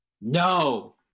no